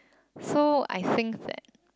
so I think that